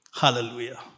Hallelujah